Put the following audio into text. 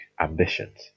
ambitions